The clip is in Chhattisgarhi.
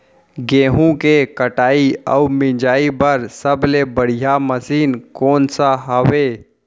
गेहूँ के कटाई अऊ मिंजाई बर सबले बढ़िया मशीन कोन सा हवये?